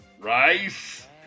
Rice